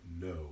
no